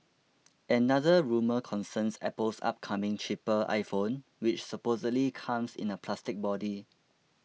another rumour concerns Apple's upcoming cheaper iPhone which supposedly comes in a plastic body